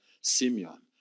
Simeon